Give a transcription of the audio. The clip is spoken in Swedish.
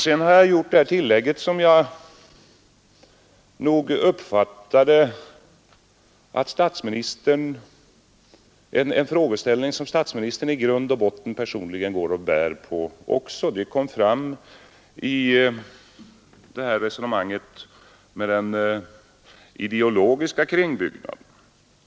Sedan har jag gjort ett tillägg, och om jag förstod statsministern rätt går han i grund och botten personligen och bär på samma uppfattning. Det kom fram i hans resonemang med ideologisk kringbyggnad.